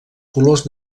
colors